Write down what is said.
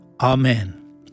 Amen